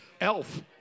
elf